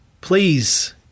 please